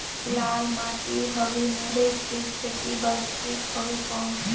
लाल माटी हवे मुरई के खेती बार ठीक हवे कौन?